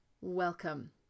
Welcome